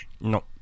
No